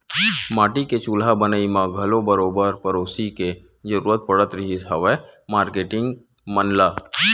माटी के चूल्हा बनई म घलो बरोबर पेरोसी के जरुरत पड़त रिहिस हवय मारकेटिंग मन ल